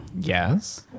Yes